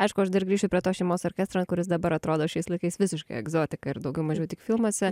aišku aš dar grįšiu prie tos šeimos orkestro kuris dabar atrodo šiais laikais visiškai egzotika ir daugiau mažiau tik filmuose